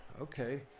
okay